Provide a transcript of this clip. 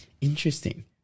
Interesting